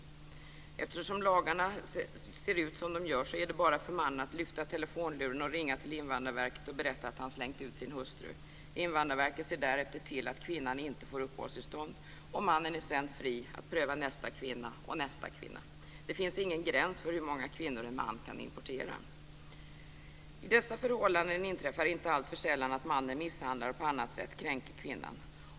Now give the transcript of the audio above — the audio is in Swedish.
Eftersom lagarna ser ut som de gör är det för mannen bara att lyfta på telefonluren och ringa till Invandrarverket och berätta att han slängt ut sin hustru. Invandrarverket ser därefter till att kvinnan inte får uppehållstillstånd. Mannen är sedan fri att pröva nästa kvinna och nästa kvinna. Det finns ingen gräns för hur många kvinnor en man kan importera. I dessa förhållanden inträffar inte alltför sällan att mannen misshandlar och på annat sätt kränker kvinnan.